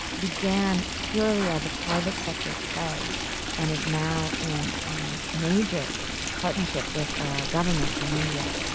began purely as a private-sector play and is now in a major partnership with ah government in india.